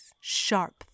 Sharp